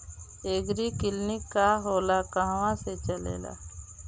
एगरी clinic का होला कहवा से चलेँला?